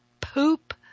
poop